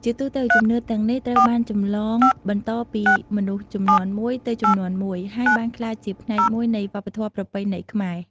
ជាទូទៅ ជំនឿទាំងនេះត្រូវបានចម្លងបន្តពីមនុស្សជំនាន់មួយទៅជំនាន់មួយ ហើយបានក្លាយជាផ្នែកមួយនៃវប្បធម៌ប្រពៃណីខ្មែរ។